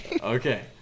Okay